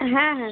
হ্যাঁ হ্যাঁ